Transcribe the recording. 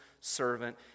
servant